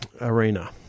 arena